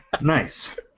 Nice